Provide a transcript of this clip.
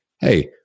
Hey